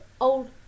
old